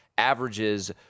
averages